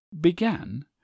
began